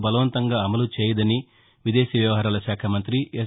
బలవంతంగా అమలు చేయదని విదేశీ వ్యవహారాల శాఖ మంతి ఎస్